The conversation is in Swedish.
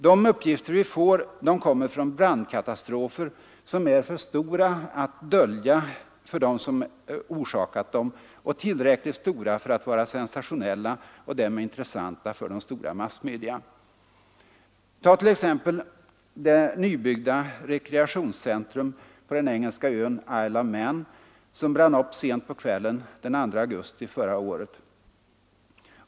De uppgifter vi får kommer från brandkatastrofer som är för stora att dölja och tillräckligt stora för att vara sensationella och därmed intressanta för de stora massmedia. Tag t.ex. det nybyggda rekreationscentrum på den engelska ön Isle of Man som brann upp sent på kvällen den 2 augusti förra året.